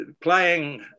playing